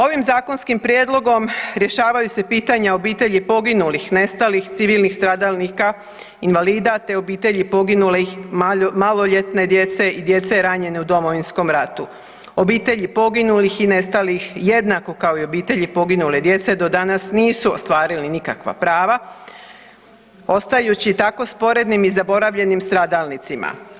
Ovim zakonskim prijedlogom rješavaju se pitanja obitelji poginulih, nestalih civilnih stradalnika invalida, te obitelji poginulih, maloljetne djece i djece ranjene u Domovinskom ratu, obitelji poginulih i nestalih jednako kao i obitelji poginule djece danas nisu ostvarili nikakva prava ostajući tako sporednim i zaboravljenim stradalnicima.